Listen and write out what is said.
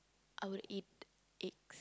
I would eat eggs